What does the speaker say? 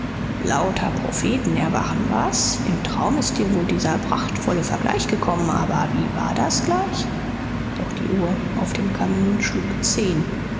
lauter propheten erwachen was im traum ist dir wohl dieser prachtvolle vergleich gekommen aber wie war das gleich doch die uhr auf dem kamin schlug zehn